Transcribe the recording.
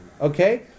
Okay